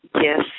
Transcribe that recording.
Yes